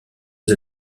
des